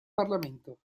parlamento